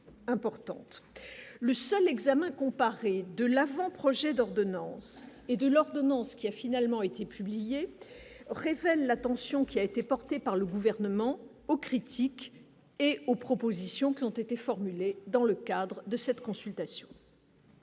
le seul examen comparé de l'avant-projet d'ordonnance et de l'ordonnance qui a finalement été publié, révèle la tension qui a été porté par le gouvernement aux critiques et aux propositions qui ont été formulées dans le cadre de cette consultation.